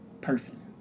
person